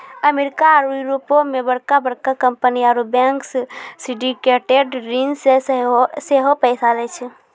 America आरु यूरोपो मे बड़का बड़का कंपनी आरु बैंक सिंडिकेटेड ऋण से सेहो पैसा लै छै